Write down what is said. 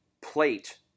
plate